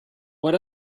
what